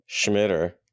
Schmitter